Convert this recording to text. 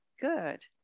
Good